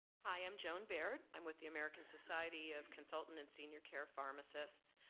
hi, i'm joan baird, i'm with the american society of consultant and senior care pharmacists